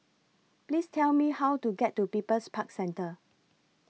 Please Tell Me How to get to People's Park Centre